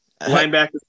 Linebacker